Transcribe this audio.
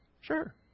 Sure